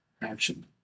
action